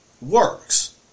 works